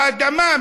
באדמה,